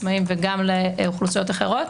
להורים עצמאים וגם לאוכלוסיות אחרות.